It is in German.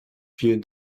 vielen